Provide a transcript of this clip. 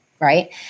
right